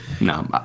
No